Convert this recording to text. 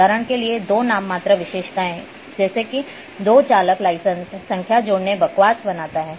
उदाहरण के लिए दो नाममात्र विशेषता जैसे कि दो चालक लाइसेंस संख्या जोड़ना बकवास बनाता है